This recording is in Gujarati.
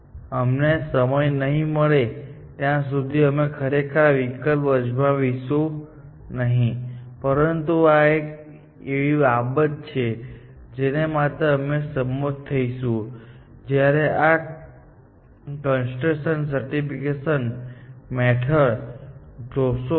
તેથી જ્યાં સુધી અમને સમય નહીં મળે ત્યાં સુધી અમે ખરેખર આ વિકલ્પ અજમાવીશું નહીં પરંતુ આ એક એવી બાબત છે જેના માટે અમે સંમત થઈશું જ્યારે તમે આ કન્સ્ટ્રેન સેટિસફેકશન મેથડ જોશો